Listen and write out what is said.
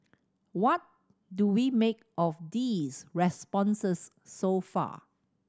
what do we make of these responses so far